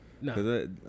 No